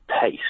pace